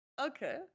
okay